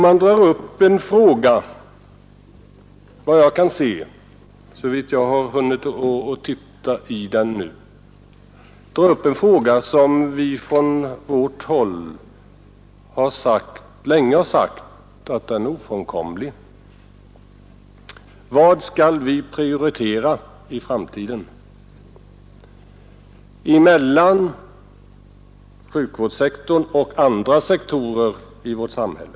Man drar i boken upp en fråga som från vårt håll längre har ansetts vara ofrånkomlig: Vad skall vi i framtiden prioritera när det gäller sjukvårdssektorn och andra sektorer i vårt samhälle?